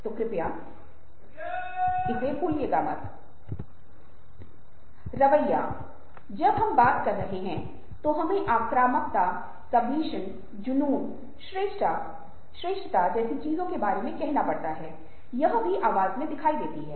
और जैसा कि आप अपनी भावनाओं से एक निश्चित सीमा पर अलग अलग अभ्यास करते रहते हैं धीरे धीरे आपको अपनी भावनाओं को नियंत्रित करने और अन्य लोगों की भावनाओं को समझने में सक्षम होने की दिशा में ले जाते हैं